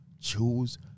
Choose